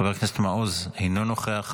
חבר הכנסת מעוז, אינו נוכח.